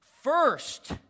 first